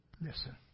Listen